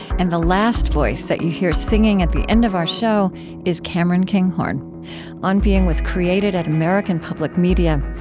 and the last voice that you hear singing at the end of our show is cameron kinghorn on being was created at american public media.